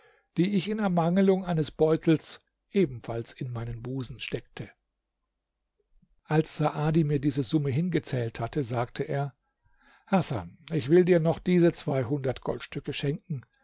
die ich in ermangelung eines beutels ebenfalls in meinen busen steckte als saadi mir diese summe hingezählt hatte sagte er hasan ich will dir noch diese zweihundert goldstücke schenken